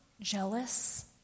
jealous